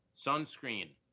Sunscreen